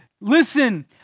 listen